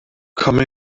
come